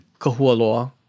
Kahualoa